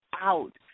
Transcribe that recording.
out